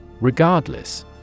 Regardless